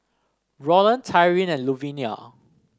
Rolland Tyrin and Luvinia